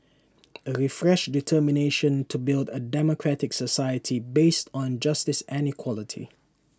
A refreshed determination to build A democratic society based on justice and equality